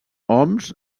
oms